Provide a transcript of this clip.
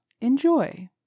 Enjoy